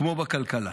כמו בכלכלה.